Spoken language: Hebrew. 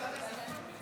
לוועדת הכספים.